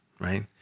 right